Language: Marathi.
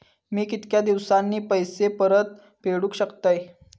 मी कीतक्या दिवसांनी पैसे परत फेडुक शकतय?